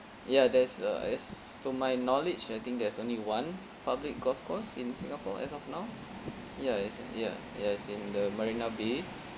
ya there's a as to my knowledge I think there's only one public golf course in singapore as of now ya it's ya ya it's in the marina bay